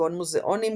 כגון מוזיאונים,